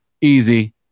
easy